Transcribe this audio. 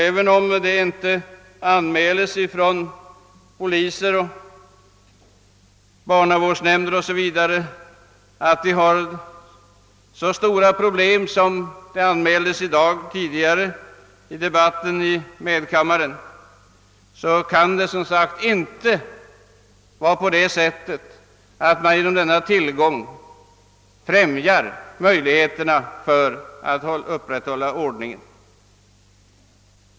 Även om det inte förekommer anmälningar från polisen och barnavårdsnämnderna om att vi har så stora problem, som omvittnades i debatten i medkammaren tidigare i dag, kan det inte vara på det sättet att denna försäljning främjar möjligheterna att upprätthålla ordningen.